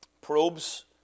probes